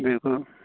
بلکل